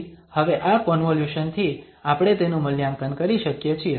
તેથી હવે આ કોન્વોલ્યુશન થી આપણે તેનું મૂલ્યાંકન કરી શકીએ છીએ